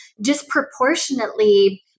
disproportionately